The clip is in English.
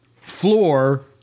floor